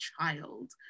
child